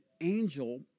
angel